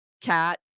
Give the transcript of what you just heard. cat